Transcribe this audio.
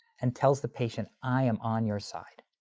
and tells the patient i am on your side.